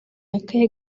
akahe